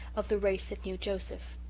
of the race that knew joseph.